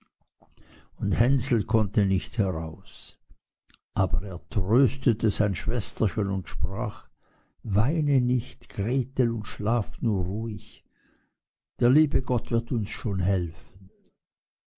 und hänsel konnte nicht heraus aber er tröstete sein schwesterchen und sprach weine nicht gretel und schlaf nur ruhig der liebe gott wird uns schon helfen